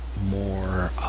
more